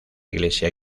iglesia